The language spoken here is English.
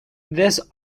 this